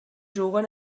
juguen